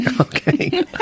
okay